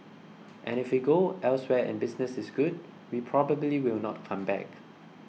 and if we go elsewhere and business is good we probably will not come back